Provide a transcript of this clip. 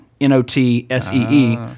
N-O-T-S-E-E